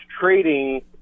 trading